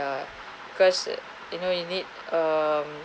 ya because you know you need um